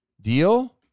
Deal